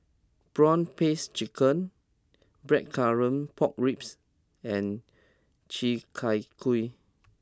Prawn Paste Chicken Blackcurrant Pork Ribs and Chi Kak Kuih